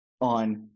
on